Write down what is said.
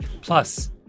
Plus